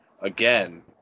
again